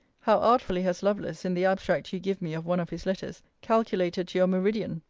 how artfully has lovelace, in the abstract you give me of one of his letters, calculated to your meridian!